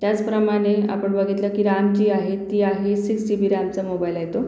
त्याचप्रमाणे आपण बघितलं की राम जी आहे ती आहे सिक्स ची बी रॅमचा मोबाईल आहे तो